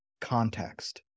context